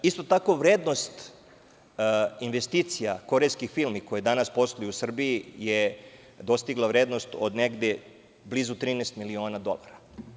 Isto tako, vrednost investicija korejskih firmi koje danas posluju u Srbiji, je dostigla vrednost od negde blizu 13 miliona dolara.